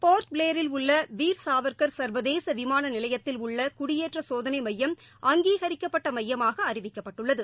போாட்ட் பிளேயாபில் உள்ள வீரா் சாவா்கா் சாவ்தேச விமான நிலையத்தில் உள்ளை குடியேற்ற செய்தனை மையம் அங்கீகாிக் கப்பட்ட மையமாக அறிவிக்கப்பட்டுள்ளது